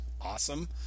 awesome